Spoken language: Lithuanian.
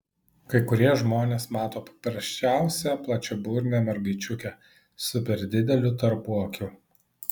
kai kurie žmonės mato paprasčiausią plačiaburnę mergaičiukę su per dideliu tarpuakiu